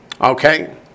Okay